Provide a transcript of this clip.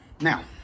now